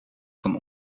van